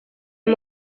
uyu